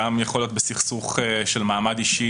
גם יכול להיות בסכסוך של מעמד אישי,